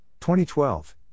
2012